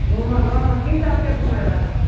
घूमब गाँवमे की सब छै घूमय बला